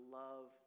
love